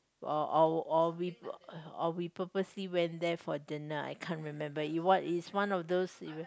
or or or we or we purposely went there for dinner I can't remember it what it is one of those